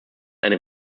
eine